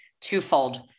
twofold